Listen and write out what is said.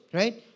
right